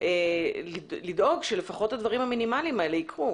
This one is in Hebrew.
אתם יכולים לדאוג שלפחות הדברים המינימליים האלה יקרו?